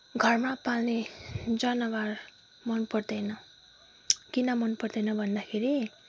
घरमा पाल्ने जनावर मनपर्दैन किन मनपर्दैन भन्दाखेरि